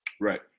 Right